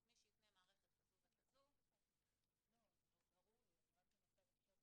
מי שיקנה מערכת כזו וכזו --- נבדוק את זה.